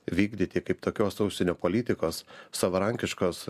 vykdyti kaip tokios užsienio politikos savarankiškos